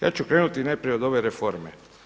Ja ću krenuti najprije od ove reforme.